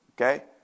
Okay